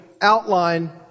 outline